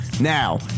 Now